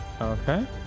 Okay